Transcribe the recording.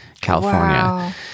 California